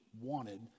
wanted